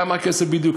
כמה כסף בדיוק?